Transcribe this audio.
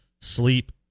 Sleep